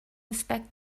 inspect